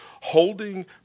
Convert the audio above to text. holding